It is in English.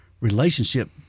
relationship